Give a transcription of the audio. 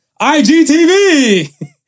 IGTV